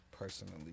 Personally